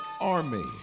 army